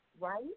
right